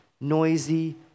noisy